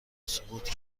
سقوط